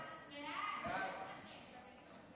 ההצעה להעביר את הצעת